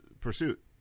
pursuit